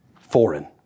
Foreign